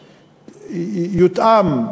יותאם,